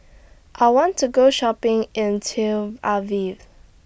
I want to Go Shopping in Tel Aviv